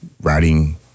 writing